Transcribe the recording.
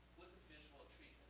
with the visual treatment.